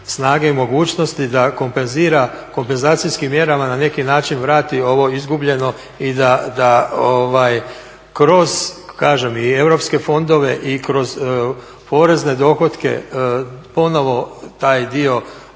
i mogućnosti da kompenzira kompenzacijskim mjerama i na neki način vrati ovo izgubljeno i da kroz kažem i europske fondove i kroz porezne dohotke ponovno taj dio